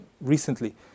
recently